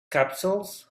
capsules